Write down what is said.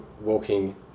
walking